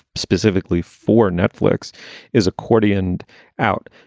specifically for netflix is accordian out.